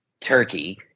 turkey